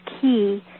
key